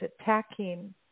attacking